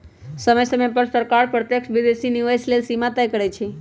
समय समय पर सरकार प्रत्यक्ष विदेशी निवेश लेल सीमा तय करइ छै